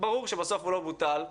ברור שבסוף הוא לא בוטל.